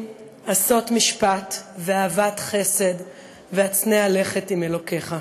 עשות משפט ואהבת חסד והצנע לכת עם אלוקיך".